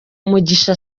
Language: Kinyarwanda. mugisha